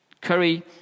curry